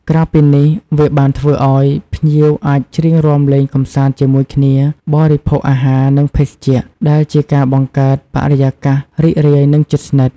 ក្រៅពីនេះវាបានធ្វើអោយ ភ្ញៀវអាចច្រៀងរាំលេងកម្សាន្តជាមួយគ្នា បរិភោគអាហារ និងភេសជ្ជៈ ដែលជាការបង្កើតបរិយាកាសរីករាយ និងជិតស្និទ្ធ។